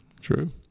True